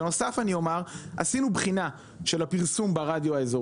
בנוסף עשינו בחינה של הפרסום ברדיו האזורי